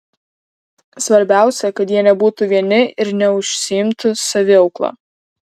svarbiausia kad jie nebūtų vieni ir neužsiimtų saviaukla